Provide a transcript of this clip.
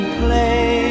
play